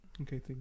Okay